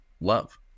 love